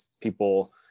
People